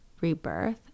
rebirth